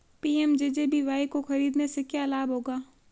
PMJJBY को खरीदने से क्या लाभ होगा?